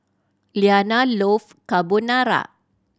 Iyanna love Carbonara